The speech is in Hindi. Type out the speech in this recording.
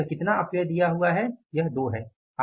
तो यहाँ कितना अपव्यय दिया हुआ है यह 2 है